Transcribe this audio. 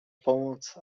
pomoc